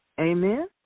Amen